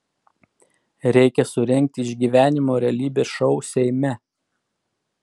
reikia surengti išgyvenimo realybės šou seime